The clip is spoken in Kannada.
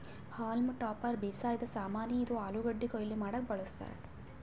ಹಾಲ್ಮ್ ಟಾಪರ್ ಬೇಸಾಯದ್ ಸಾಮಾನಿ, ಇದು ಆಲೂಗಡ್ಡಿ ಕೊಯ್ಲಿ ಮಾಡಕ್ಕ್ ಬಳಸ್ತಾರ್